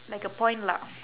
like a point lah